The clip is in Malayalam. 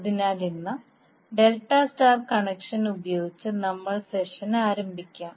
അതിനാൽ ഇന്ന് ഡെൽറ്റ സ്റ്റാർ കണക്ഷൻ ഉപയോഗിച്ച് നമുക്ക് സെഷൻ ആരംഭിക്കാം